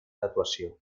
graduació